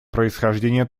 происхождения